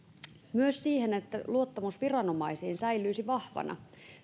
myös siihen että luottamus viranomaisiin säilyisi vahvana